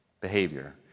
behavior